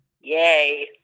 Yay